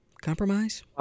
compromise